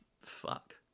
fuck